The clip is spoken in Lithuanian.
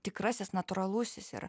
tikrasis natūralusis ir